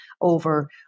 over